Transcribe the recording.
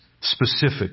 specific